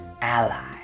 ally